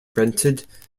rented